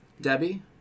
Debbie